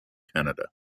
canada